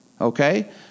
okay